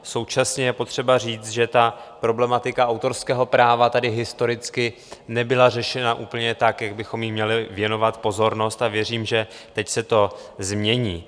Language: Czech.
Současně je potřeba říct, že problematika autorského práva tady historicky nebyla řešena úplně tak, jak bychom jí měli věnovat pozornost, a věřím, že teď se to změní.